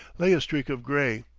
lay a streak of gray,